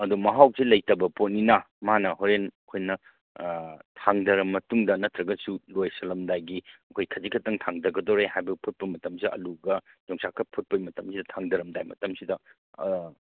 ꯑꯗꯨ ꯃꯍꯥꯎꯁꯦ ꯂꯩꯇꯕ ꯄꯣꯠꯅꯤꯅ ꯃꯥꯅ ꯍꯣꯔꯦꯟ ꯑꯩꯈꯣꯏꯅ ꯊꯥꯡꯗꯔ ꯃꯇꯨꯡꯗ ꯅꯠꯇ꯭ꯔꯒꯁꯨ ꯂꯣꯏꯁꯜꯂꯝꯗꯥꯏꯒꯤ ꯑꯩꯈꯣꯏ ꯈꯖꯤꯛ ꯈꯛꯇꯪ ꯊꯥꯡꯗꯒꯗꯣꯔꯦ ꯍꯥꯏꯕ ꯐꯨꯠꯄ ꯃꯇꯝꯁꯤꯗ ꯑꯜꯂꯨꯒ ꯌꯣꯡꯆꯥꯛꯀ ꯐꯨꯠꯄꯩ ꯃꯇꯝꯁꯤꯗ ꯊꯥꯡꯗꯔꯝꯗꯥꯏ ꯃꯇꯝꯁꯤꯗ